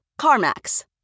CarMax